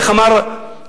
איך אמר ישעיהו,